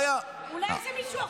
אולי זה מישהו אחר?